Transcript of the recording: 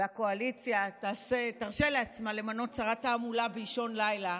והקואליציה תרשה לעצמה למנות שרת תעמולה באישון לילה,